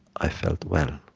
i felt, well,